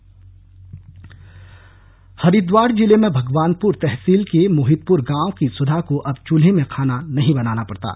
उज्जवला योजना हरिद्वार जिले में भगवानपुर तहसील के मोहितपुर गांव की सुधा को अब चूल्हे में खाना नही बनाना पडता है